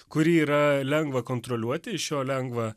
kurį yra lengva kontroliuoti iš jo lengva